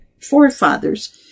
forefathers